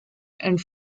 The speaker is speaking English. and